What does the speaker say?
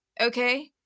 okay